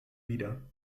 wieder